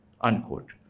unquote